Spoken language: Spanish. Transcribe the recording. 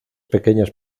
pequeñas